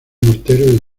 mortero